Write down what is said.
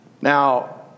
Now